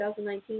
2019